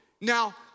Now